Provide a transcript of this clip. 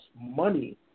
money